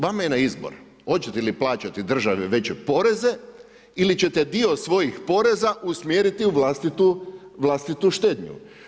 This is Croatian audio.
Vama je na izbor, hoćete li plaćati državi veće poreze ili ćete dio svojih poreza usmjeriti u vlastitu štednju.